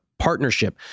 partnership